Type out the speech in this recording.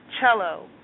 cello